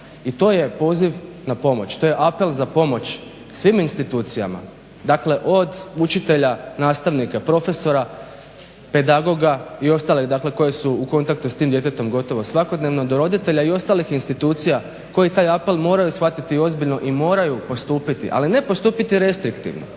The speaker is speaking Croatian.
I to je poziv na pomoć, to je apel za pomoć svim institucijama. Dakle, od učitelja, nastavnika, profesora, pedagoga i ostale dakle koje su u kontaktu s tim djetetom gotovo svakodnevno do roditelja i ostalih institucija koji taj apel moraju shvatiti ozbiljno i moraju postupiti. Ali ne postupiti restriktivno